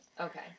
okay